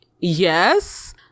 yes